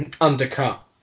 undercut